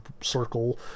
circle